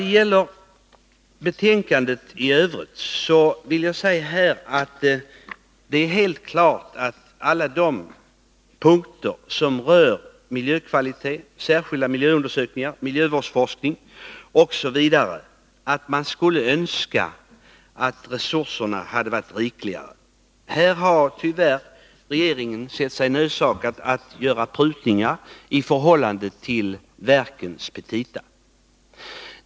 Vad gäller betänkandet i övrigt vill jag säga att det är helt klart att man skulle önska att resurserna hade varit rikligare i fråga om alla de punkter som rör miljökvalitet, särskilda miljöundersökningar, miljövårdsforskning osv. Här har regeringen tyvärr sett sig nödsakad att göra prutningar i förhållande till verkens petita.